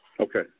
Okay